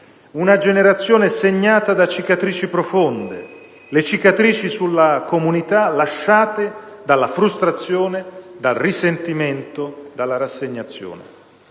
Una generazione segnata da cicatrici profonde. Le cicatrici sulla comunità lasciate dalla frustrazione, dal risentimento e dalla rassegnazione